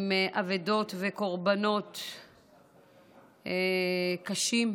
עם אבדות וקורבנות קשים.